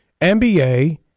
NBA